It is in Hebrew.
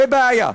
בבעיה.